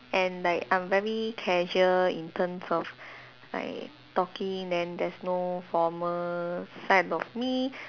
and like I'm very casual in terms of like talking then there's no formal side of me